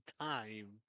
time